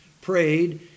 prayed